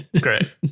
great